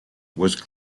was